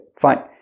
fine